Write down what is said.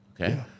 okay